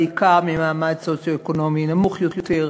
בעיקר במעמד סוציו-אקונומי נמוך יותר,